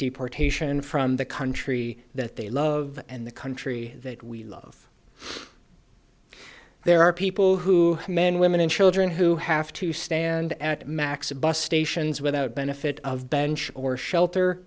deportation from the country that they love and the country that we love there are people who men women and children who have to stand at max a bus stations without benefit of bench or shelter